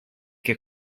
che